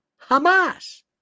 Hamas